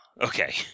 Okay